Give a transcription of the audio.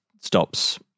stops